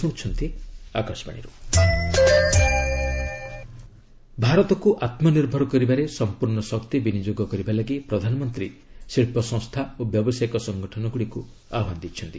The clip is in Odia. ପିଏମ୍ ଇଣ୍ଡଷ୍ଟ୍ରିଜ୍ ଭାରତକୁ ଆତ୍ମନିର୍ଭର କରିବାରେ ସମ୍ପର୍ଣ୍ଣ ଶକ୍ତି ବିନିଯୋଗ କରିବା ଲାଗି ପ୍ରଧାନମନ୍ତ୍ରୀ ଶିଳ୍ପ ସଂସ୍ଥା ଓ ବ୍ୟବସାୟିକ ସଙ୍ଗଠନଗୁଡ଼ିକୁ ଆହ୍ୱାନ ଦେଇଛନ୍ତି